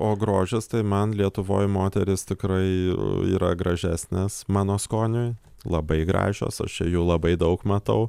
o grožis tai man lietuvoj moterys tikrai yra gražesnės mano skoniui labai gražios aš čia jų labai daug matau